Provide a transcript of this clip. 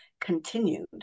continued